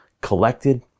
collected